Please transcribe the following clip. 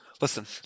Listen